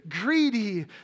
greedy